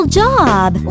job